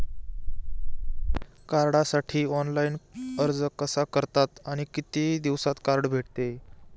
कार्डसाठी ऑनलाइन अर्ज कसा करतात आणि किती दिवसांत कार्ड भेटते?